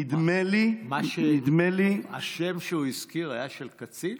נדמה לי, נדמה לי, השם שהוא הזכיר היה של קצין?